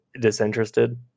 disinterested